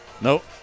Nope